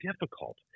difficult